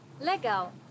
Legal